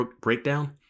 breakdown